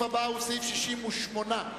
68,